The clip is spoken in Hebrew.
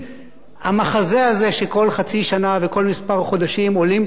שכל חצי שנה וכל כמה חודשים עולים כאן בשיירות לירושלים,